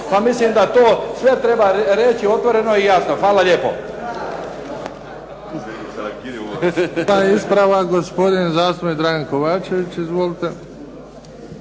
Pa mislim da to sve treba reći otvoreno i jasno. Hvala lijepo.